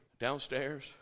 downstairs